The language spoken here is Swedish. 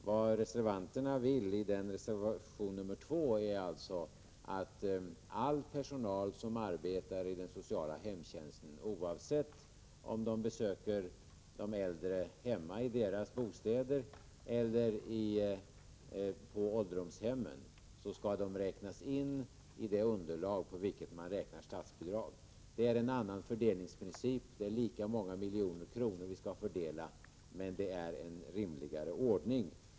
Vad reservanterna bakom reservation 2 vill är alltså att all personal som arbetar inom den sociala hemtjänsten, oavsett om den besöker de äldre i deras bostäder eller på ålderdomshemmen, skall få räknas in i det underlag på vilket man räknar statsbidraget. Det är en annan fördelningsprincip. Det är lika många miljoner vi skall fördela, men detta är en rimligare ordning.